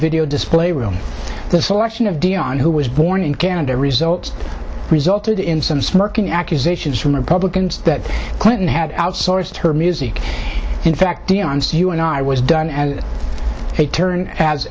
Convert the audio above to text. video display room the selection of dion who was born in canada results resulted in some smirking accusations from republicans that clinton had outsourced her music in fact denounced you and i was done as a turn as